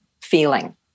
feeling